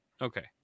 okay